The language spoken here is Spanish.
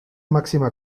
máxima